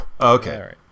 Okay